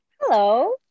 hello